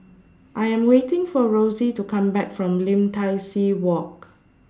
I Am waiting For Rossie to Come Back from Lim Tai See Walk